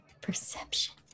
perception